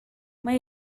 mae